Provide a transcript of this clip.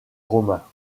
romain